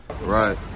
Right